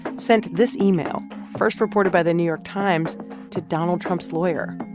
sent this email first reported by the new york times to donald trump's lawyer,